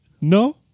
No